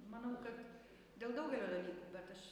manau kad dėl daugelio dalykų bet aš